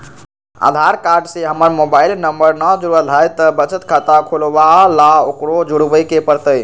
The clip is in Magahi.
आधार कार्ड से हमर मोबाइल नंबर न जुरल है त बचत खाता खुलवा ला उकरो जुड़बे के पड़तई?